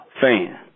fan